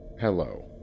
hello